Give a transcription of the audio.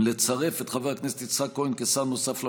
לצרף את חבר הכנסת יצחק כהן כשר נוסף לממשלה.